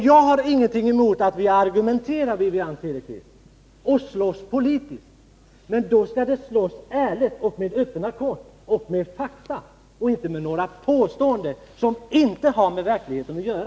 Jag har ingenting emot att vi argumenterar mot varandra och slåss politiskt, men då skall vi slåss ärligt, med öppna kort och med fakta och inte med påståenden som inte har med verkligheten att göra.